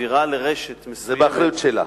ומעבירה לרשת מסוימת, זה באחריות שלה.